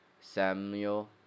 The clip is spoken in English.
Samuel